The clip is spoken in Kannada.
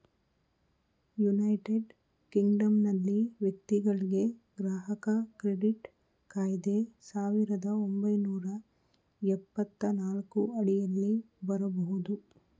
ಯುನೈಟೆಡ್ ಕಿಂಗ್ಡಮ್ನಲ್ಲಿ ವ್ಯಕ್ತಿಗಳ್ಗೆ ಗ್ರಾಹಕ ಕ್ರೆಡಿಟ್ ಕಾಯ್ದೆ ಸಾವಿರದ ಒಂಬೈನೂರ ಎಪ್ಪತ್ತನಾಲ್ಕು ಅಡಿಯಲ್ಲಿ ಬರಬಹುದು